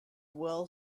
well